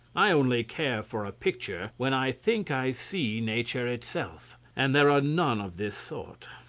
i only care for a picture when i think i see nature itself and there are none of this sort.